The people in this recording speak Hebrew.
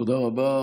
תודה רבה.